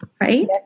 Right